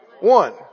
one